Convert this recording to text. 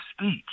speech